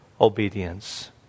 obedience